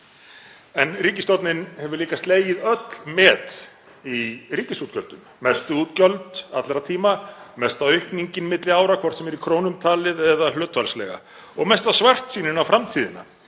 En ríkisstjórnin hefur líka slegið öll met í ríkisútgjöldum; mestu útgjöld allra tíma, mesta aukningin milli ára, hvort sem er í krónum talið eða hlutfallslega, og mesta svartsýnin á framtíðina.